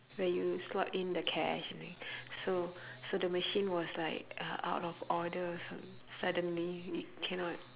where you slot in the cash I think so so the machine was like uh out of order su~ suddenly it cannot